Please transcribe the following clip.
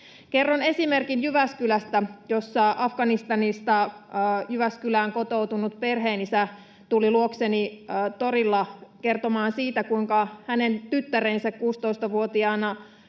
Kerron esimerkin Jyväskylästä, jossa Afganistanista Jyväskylään kotoutunut perheenisä tuli luokseni torilla kertomaan siitä, kuinka hänen tyttärensä 16-vuotiaana